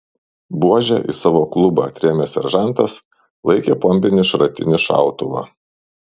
buože į savo klubą atrėmęs seržantas laikė pompinį šratinį šautuvą